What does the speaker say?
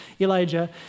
Elijah